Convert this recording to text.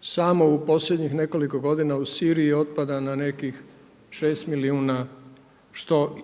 samo u posljednjih nekoliko godina u Siriji otpada na nekih 6 milijuna što